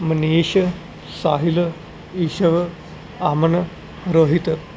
Manish Sahil Ishav Aman Rohit